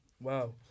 wow